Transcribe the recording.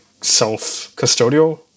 self-custodial